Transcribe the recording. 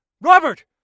Robert